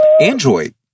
Android